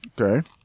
Okay